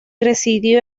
residió